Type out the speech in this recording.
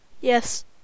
yes